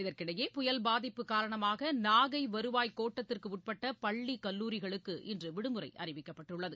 இதற்கிடையே புயல் பாதிப்பு காரணமாக நாகை வருவாய் கோட்டத்திற்குட்பட்ட பள்ளி கல்லுாரிகளுக்கு இன்று விடுமுறை அறிவிக்கப்பட்டுள்ளது